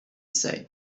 said